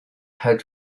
had